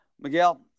Miguel